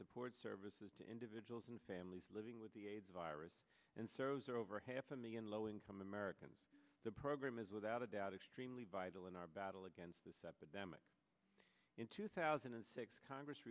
support services to individuals and families living with the aids virus and serves or over half a million low income americans the program is without a doubt extremely vital in our battle against this epidemic in two thousand and six congress